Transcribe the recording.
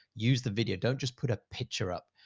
use the video. don't just put a picture up,